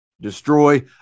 destroy